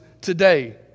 today